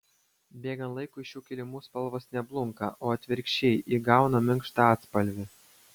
bėgant laikui šių kilimų spalvos ne blunka o atvirkščiai įgauna minkštą atspalvį